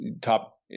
top